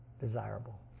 desirable